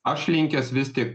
aš linkęs vis tik